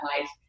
life